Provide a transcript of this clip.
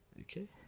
Okay